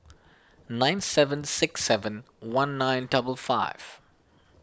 nine seven six seven one nine double five